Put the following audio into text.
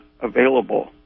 available